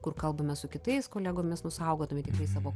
kur kalbame su kitais kolegomis nu saugodami tikrai savo